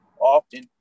often